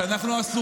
מה למשל?